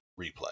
replay